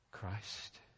Christ